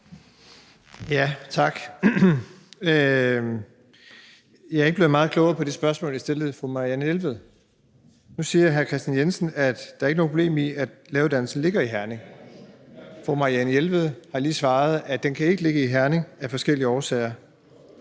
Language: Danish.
(S): Tak. Jeg er ikke blevet meget klogere i forhold til det spørgsmål, jeg stillede fru Marianne Jelved. Nu siger hr. Kristian Jensen, at der ikke er noget problem i, at læreruddannelsen ligger i Herning. Fru Marianne Jelved har lige svaret, at den ikke kan ligge i Herning af forskellige årsager.